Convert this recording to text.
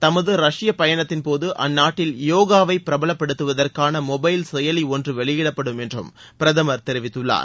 தமது ரஷ்ய பயணத்தின்போது அந்நாட்டில் யோகாவை பிரபலப்படுத்துவதற்கான மொபைல் செயலி ஒன்று வெளியிடப்படும் என்றும் பிரதமர் தெரிவித்தள்ளார்